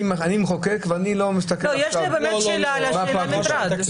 אני מחוקק ואני לא מסתכל עכשיו מה הפרקטיקה.